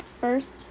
first